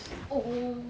oh